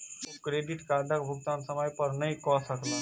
ओ credit कार्डक भुगतान समय पर नै कय सकला